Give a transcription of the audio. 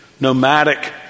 nomadic